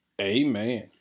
amen